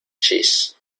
chis